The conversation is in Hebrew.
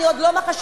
אני עוד לא מכשפה,